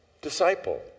disciple